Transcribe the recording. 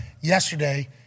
yesterday